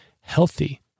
healthy